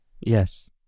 Yes